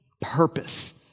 purpose